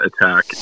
attack